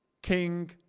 King